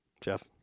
Jeff